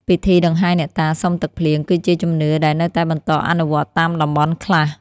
ពិធីដង្ហែអ្នកតាសុំទឹកភ្លៀង គឺជាជំនឿដែលនៅតែបន្តអនុវត្តតាមតំបន់ខ្លះ។